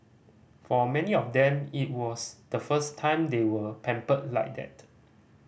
for many of them it was the first time they were pampered like that